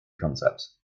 concepts